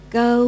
go